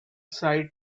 site